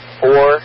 four